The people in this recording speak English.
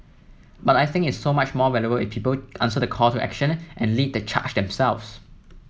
but I think it's so much more valuable if people answer the call to action and lead the charge themselves